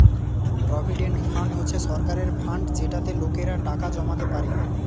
provident fund হচ্ছে সরকারের fund যেটাতে লোকেরা টাকা জমাতে পারে